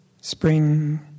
spring